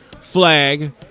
flag